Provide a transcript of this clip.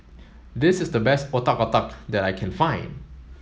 this is the best Otak Otak that I can find